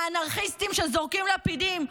האנרכיסטים שזורקים לפידים,